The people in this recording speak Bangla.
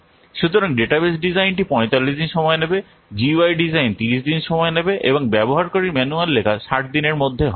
সুতরাং ডেটাবেস ডিজাইনটি 45 দিন সময় নেবে জিইউআই ডিজাইন 30 দিন সময় নেবে এবং ব্যবহারকারী ম্যানুয়াল লেখা 60 দিনের মধ্যে হবে